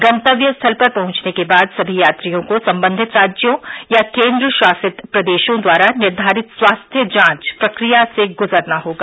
गंतव्य स्थल पर पहुंचने के बाद सभी यात्रियों को संबंधित राज्यों या केन्द्र शासित प्रदेशों द्वारा निर्धारित स्वास्थ्य जांच प्रक्रिया से गुजरना होगा